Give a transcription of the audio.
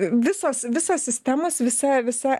visos visos sistemos visa visa